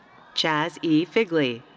chas e. figley.